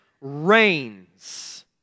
reigns